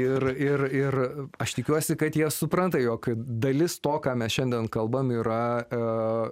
ir ir ir aš tikiuosi kad jie supranta jog dalis to ką mes šiandien kalbame yra